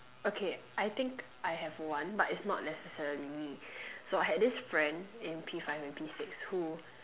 okay I think I have one but it's not necessarily me so I had this friend in P-five and P-six who